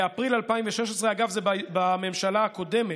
באפריל 2016, אגב, זה בממשלה הקודמת,